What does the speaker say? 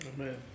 Amen